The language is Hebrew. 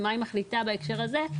ומה היא מחליטה בהקשר הזה.